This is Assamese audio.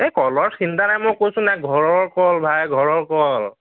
এই কলৰ চিন্তা নাই মই কৈছো নাই ঘৰৰ কল ভাই ঘৰৰ কল